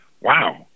Wow